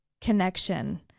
connection